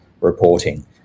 reporting